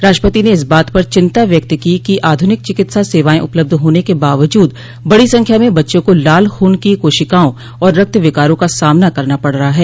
राष्ट्रपति ने इस बात पर चिन्ता व्यक्त की कि आधुनिक चिकित्सा सेवायें उपलब्ध होने के बावजूद बड़ी संख्या में बच्चों को लाल खून की कोशिकाओं और रक्त विकारों का सामना करना पड़ रहा है